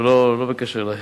לא בקשר אלייך,